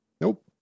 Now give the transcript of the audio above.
Nope